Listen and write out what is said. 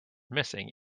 missing